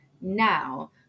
now